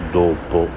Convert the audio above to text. dopo